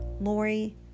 Lori